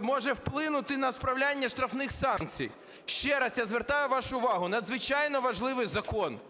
може вплинути на справляння штрафних санкцій. Ще раз я звертаю вашу увагу, надзвичайно важливий закон,